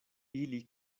ili